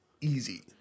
easy